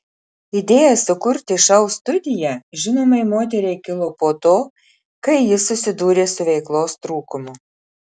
idėja sukurti šou studiją žinomai moteriai kilo po to kai ji susidūrė su veiklos trūkumu